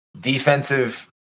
defensive